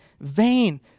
vain